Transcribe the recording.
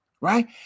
right